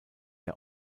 die